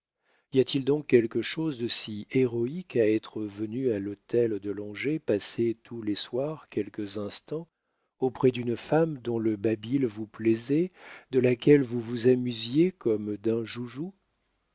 y a-t-il donc quelque chose de si héroïque à être venu à l'hôtel de langeais passer tous les soirs quelques instants auprès d'une femme dont le babil vous plaisait de laquelle vous vous amusiez comme d'un joujou